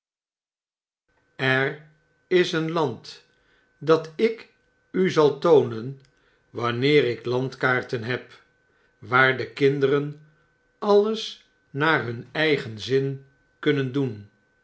er is een land dat ik u zal toonen wanneer ik landkaarten heb waar de kinderen alles naar hun eigen zin kunnen doen